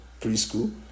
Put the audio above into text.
preschool